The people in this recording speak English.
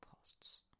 posts